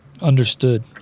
Understood